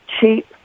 cheap